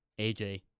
AJ